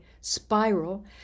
spiral